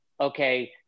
okay